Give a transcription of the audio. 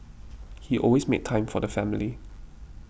he always made time for the family